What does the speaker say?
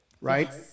right